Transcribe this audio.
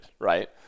right